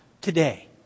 today